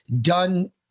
done